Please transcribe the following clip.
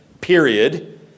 period